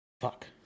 Fuck